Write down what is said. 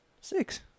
Six